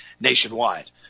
nationwide